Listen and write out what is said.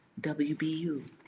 WBU